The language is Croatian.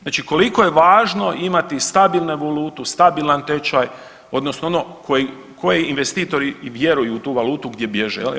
Znači koliko je važno imati stabilnu valutu, stabilan tečaj odnosno ono koji, koje investitori i vjeruju u tu valutu gdje bježe jel.